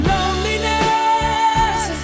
Loneliness